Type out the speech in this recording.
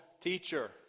teacher